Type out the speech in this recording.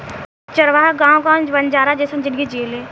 चरवाह गावं गावं बंजारा जइसन जिनगी जिऐलेन